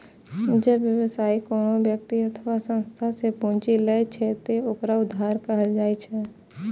जब व्यवसायी कोनो व्यक्ति अथवा संस्था सं पूंजी लै छै, ते ओकरा उधार कहल जाइ छै